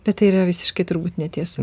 bet tai yra visiškai turbūt netiesa